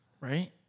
Right